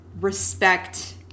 respect